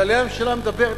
שעליה הממשלה מדברת,